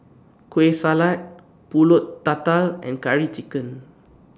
Kueh Salat Pulut Tatal and Curry Chicken